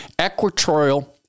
Equatorial